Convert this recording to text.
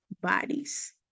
bodies